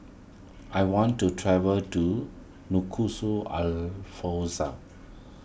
I want to travel to